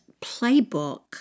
playbook